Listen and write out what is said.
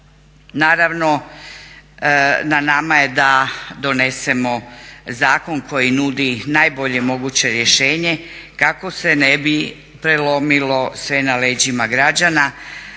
Naravno na nama je da donesemo zakon koji nudi najbolje moguće rješenje kako se ne bi prelomilo sve na leđima građana